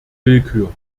willkür